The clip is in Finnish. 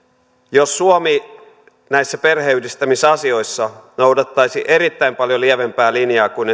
jos suomi näissä perheenyhdistämisasioissa noudattaisi erittäin paljon lievempää linjaa kuin